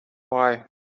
why